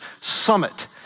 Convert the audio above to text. Summit